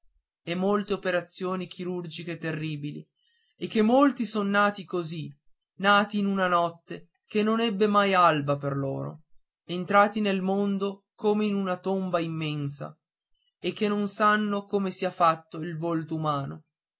e molte operazioni chirurgiche terribili e che molti son nati così nati in una notte che non ebbe mai alba per loro entrati nel mondo come in una tomba immensa e che non sanno come sia fatto il volto umano